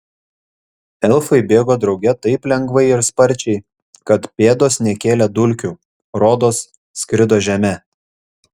elfai bėgo drauge taip lengvai ir sparčiai kad pėdos nekėlė dulkių rodos skrido žeme